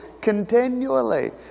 continually